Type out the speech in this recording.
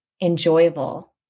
enjoyable